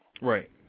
Right